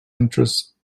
entrance